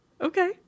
Okay